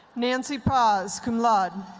nancy paz, cum laude.